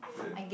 then